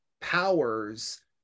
powers